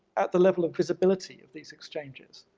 at the level of visibility of these exchanges.